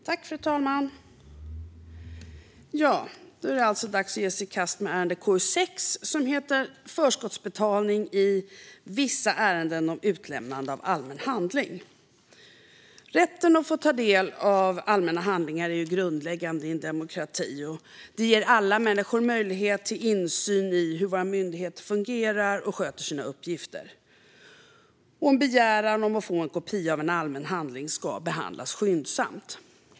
Fru talman! Då är det alltså dags att ge sig i kast med ärendet KU6 Förskottsbetalning i vissa ärenden om utlämnande av allmän handling . Rätten att få ta del av allmänna handlingar är grundläggande i en demokrati. Det ger alla människor möjlighet till insyn i hur våra myndigheter fungerar och sköter sina uppgifter. En begäran om att få en kopia av en allmän handling ska behandlas skyndsamt.